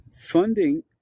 Funding